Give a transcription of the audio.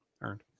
earned